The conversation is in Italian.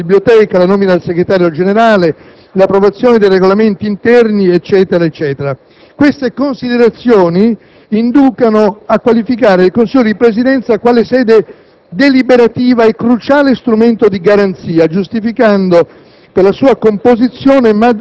l'approvazione del Regolamento della Biblioteca, la nomina del Segretario generale, l'approvazione di Regolamenti interni e così via. Le considerazioni svolte inducono a qualificare il Consiglio di Presidenza quale sede deliberativa e cruciale strumento di garanzia, giustificando,